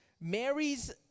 Mary's